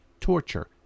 torture